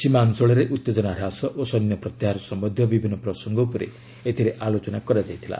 ସୀମା ଅଞ୍ଚଳରେ ଉତ୍ତେଜନା ହ୍ରାସ ଓ ସୈନ୍ୟ ପ୍ରତ୍ୟାହାର ସମ୍ପନ୍ଧୀୟ ବିଭିନ୍ନ ପ୍ରସଙ୍ଗ ଉପରେ ଏଥିରେ ଆଲୋଚନା କରାଯାଇଥିଲା